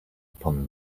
upon